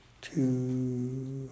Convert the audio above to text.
Two